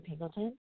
Pingleton